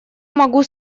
могу